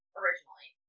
originally